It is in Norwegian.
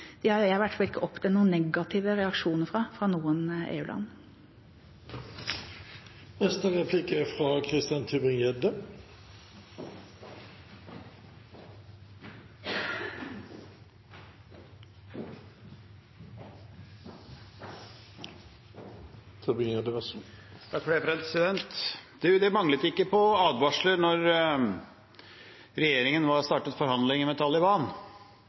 de signalene vi sender ut, har jeg i hvert fall ikke opplevd noen negative reaksjoner på fra noen EU-land. Det manglet ikke på advarsler da regjeringen startet forhandlinger med Taliban